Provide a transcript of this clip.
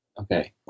okay